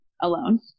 alone